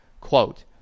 quote